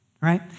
right